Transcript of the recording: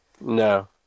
No